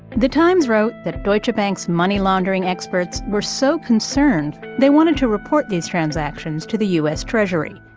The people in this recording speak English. the times wrote that deutsche bank's money laundering experts were so concerned they wanted to report these transactions to the u s. treasury,